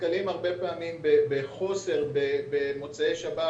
הרבה פעמים אנחנו נתקלים במקומות מסוימים בחוסר במוצאי שבת,